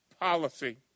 policy